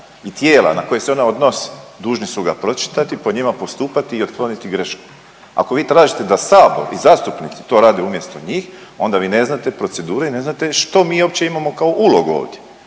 i tijela na koja se ono odnosi dužni su ga pročitati, po njima postupati i otkloniti greške. Ako vi tražite da sabor i zastupnici to rade umjesto njih onda vi ne znate procedure i ne znate što mi uopće imamo kao ulogu ovdje.